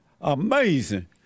amazing